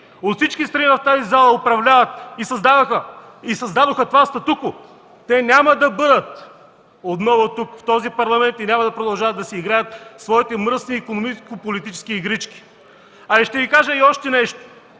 от всички страни в тази зала управляват, и създадоха това статукво, няма да бъдат отново тук, в този парламент, и няма да продължават да си играят своите мръсни икономико-политически игрички. Аз ще Ви кажа и още нещо.